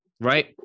Right